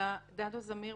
אלא תנ"צ דדו זמיר,